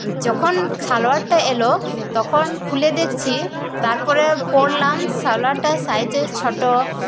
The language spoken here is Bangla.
যখন সালোয়ারটা এল তখন খুলে দেখছি তারপরে পরলাম সালোয়ারটা সাইজে ছোট